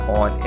on